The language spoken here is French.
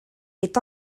est